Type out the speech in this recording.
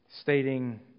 stating